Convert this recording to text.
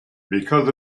because